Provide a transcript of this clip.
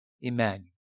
Emmanuel